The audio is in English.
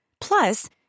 Plus